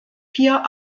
vier